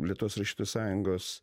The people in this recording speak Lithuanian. lietuvos rašytojų sąjungos